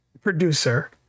producer